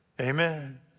Amen